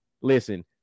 Listen